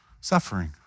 Suffering